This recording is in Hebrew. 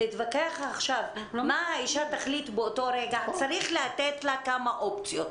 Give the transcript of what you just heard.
להתווכח עכשיו מה האישה תחליט באותו רגע צריך לתת לה כמה אופציות.